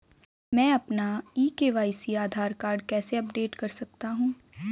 मैं अपना e KYC Aadhaar card कैसे अपडेट कर सकता हूँ?